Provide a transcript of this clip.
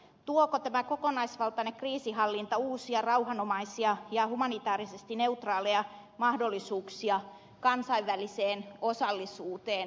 tuoko tämä kokonaisvaltainen kriisinhallinta uusia rauhanomaisia ja humanitaarisesti neutraaleja mahdollisuuksia kansainväliseen osallisuuteen